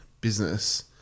business